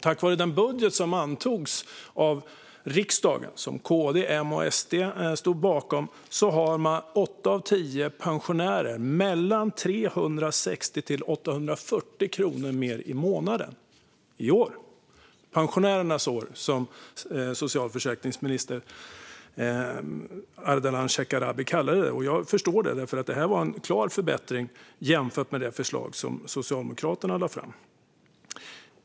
Tack vare den budget som antogs av riksdagen och som KD, M och SD stod bakom har åtta av tio pensionärer 360-840 kronor mer i månaden i år - pensionärernas år, som socialförsäkringsminister Ardalan Shekarabi kallade det. Jag förstår det, för det här var en klar förbättring jämfört med det förslag som Socialdemokraterna lade fram.